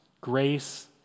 Grace